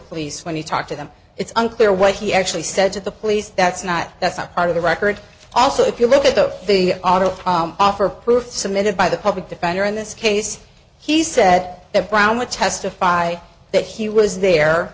police when you talk to them it's unclear what he actually said to the police that's not that's not part of the record also if you look at the the audio offer proof submitted by the public defender in this case he said that brown would testify that he was there